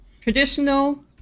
traditional